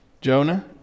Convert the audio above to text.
Jonah